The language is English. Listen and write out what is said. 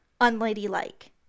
unladylike